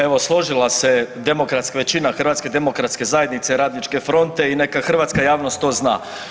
Evo složila se je demokratska većina HDZ-a i Radničke fronte i neka hrvatska javnost to zna.